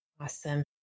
Awesome